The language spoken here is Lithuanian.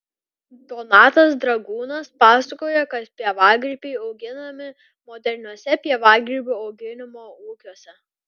donatas dragūnas pasakoja kad pievagrybiai auginami moderniuose pievagrybių auginimo ūkiuose